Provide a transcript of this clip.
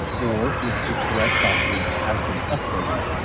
or if the correct document has been uploaded,